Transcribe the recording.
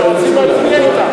שרוצים להצביע אתך.